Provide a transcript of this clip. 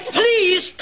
please